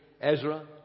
Ezra